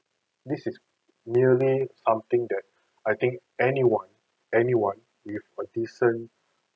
this is nearly something that I think anyone anyone with a decent